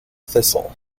thistle